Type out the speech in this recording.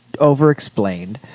overexplained